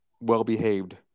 well-behaved